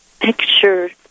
pictures